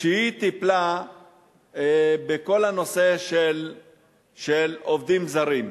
שהיא טיפלה בכל הנושא של עובדים זרים.